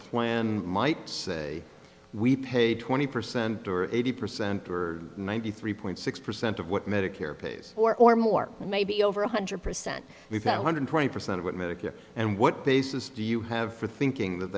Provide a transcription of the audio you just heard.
plan might say we pay twenty percent or eighty percent or ninety three point six percent of what medicare pays for or more maybe over one hundred percent without hundred twenty percent of what medicare and what basis do you have for thinking that